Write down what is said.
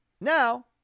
Now